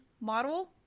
model